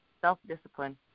Self-discipline